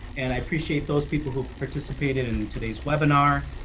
and i appreciate those people who participated in today's webinar.